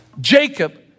Jacob